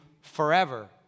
forever